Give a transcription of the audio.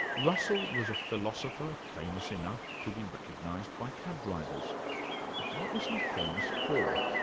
russell was a philosopher famous enough to be recognised by cab drivers but what was he famous for?